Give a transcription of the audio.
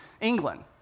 England